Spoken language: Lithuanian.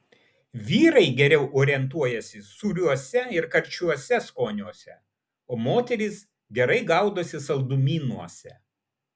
vyrai geriau orientuojasi sūriuose ir karčiuose skoniuose o moterys gerai gaudosi saldumynuose